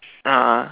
a'ah